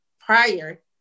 prior